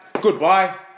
Goodbye